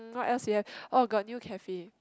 uh what else you have oh got new cafe